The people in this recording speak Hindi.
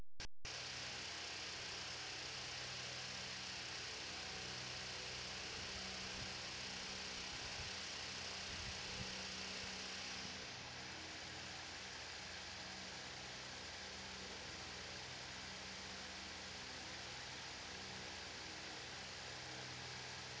काबर मिट्टी में चना कैसे उगाया जाता है?